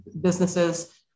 businesses